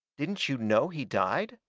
didn't you know he died?